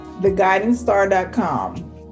TheGuidingStar.com